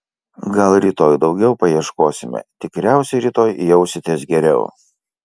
gal rytoj daugiau paieškosime tikriausiai rytoj jausitės geriau